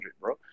bro